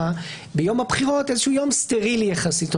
ביום הבחירות איזה יום סטרילי יחסית,